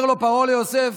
אומר פרעה ליוסף: